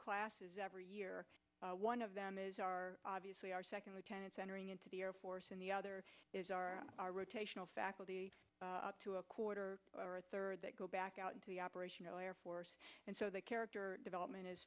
classes every year one of them is our obviously our second lieutenants entering into the air force and the other is our rotational faculty up to a quarter or a third that go back out into the operational air force and so the character development is